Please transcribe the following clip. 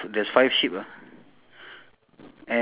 but one is on the floor empty